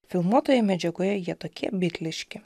filmuotoje medžiagoje jie tokie bitliški